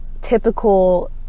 typical